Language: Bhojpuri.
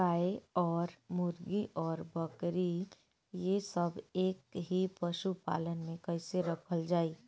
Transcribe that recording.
गाय और मुर्गी और बकरी ये सब के एक ही पशुपालन में कइसे रखल जाई?